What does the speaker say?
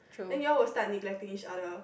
then you all will start to neglect each other